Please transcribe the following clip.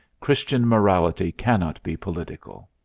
christian morality cannot be political.